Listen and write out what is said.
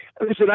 listen